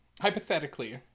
Hypothetically